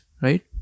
right